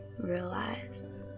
realize